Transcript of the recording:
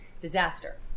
disaster